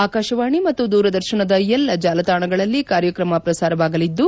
ಆಕಾಶವಾಣಿ ಮತ್ತು ದೂರದರ್ಶನದ ಎಲ್ಲಾ ಜಾಲತಾಣಗಳಲ್ಲಿ ಕಾರ್ಯಕ್ರಮ ಪ್ರಸಾರವಾಗಲಿದ್ದು